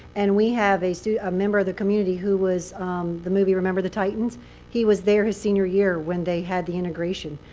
and we have a so ah member of the community, who was the movie, remember the titans he was there, his senior year, when they had the integration.